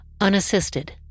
unassisted